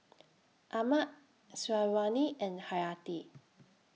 Ahmad Syazwani and Hayati